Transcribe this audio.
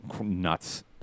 nuts